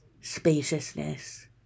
spaciousness